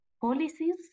policies